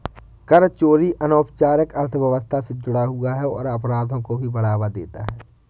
कर चोरी अनौपचारिक अर्थव्यवस्था से जुड़ा है और अपराधों को भी बढ़ावा देता है